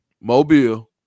Mobile